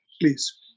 Please